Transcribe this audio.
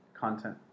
content